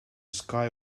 sky